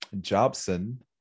Jobson